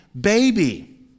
baby